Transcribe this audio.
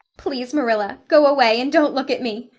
please, marilla, go away and don't look at me.